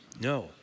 No